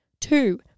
Two